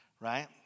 right